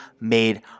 made